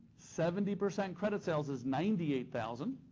seventy percent credit sales is ninety eight thousand,